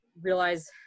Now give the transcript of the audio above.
realize